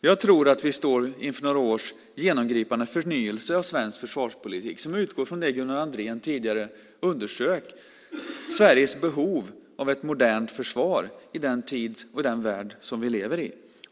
Jag tror att vi står inför några års genomgripande förnyelse av svensk försvarspolitik som utgår från det Gunnar Andrén tidigare underströk, nämligen Sveriges behov av ett modernt försvar i den tid och den värld som vi lever i.